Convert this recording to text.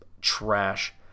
trash